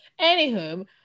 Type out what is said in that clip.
Anywho